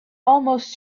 almost